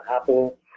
Apple